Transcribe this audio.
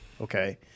okay